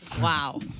Wow